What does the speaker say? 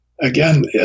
Again